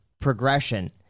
progression